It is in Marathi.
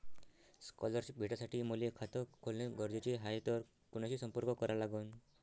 स्कॉलरशिप भेटासाठी मले खात खोलने गरजेचे हाय तर कुणाशी संपर्क करा लागन?